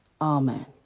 Amen